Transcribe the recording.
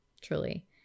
truly